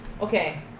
Okay